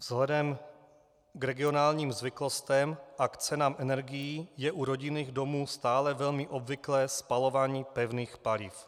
Vzhledem k regionálním zvyklostem a cenám energií je u rodinných domů stále velmi obvyklé spalování pevných paliv.